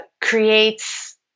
creates